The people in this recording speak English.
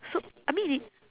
so I mean it